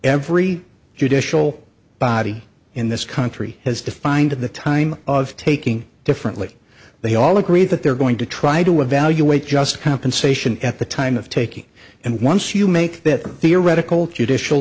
every judicial body in this country has defined the time of taking differently they all agree that they're going to try to evaluate just compensation at the time of taking and once you make that theoretical judicial